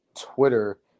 Twitter